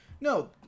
No